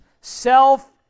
self